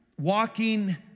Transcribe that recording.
walking